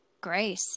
grace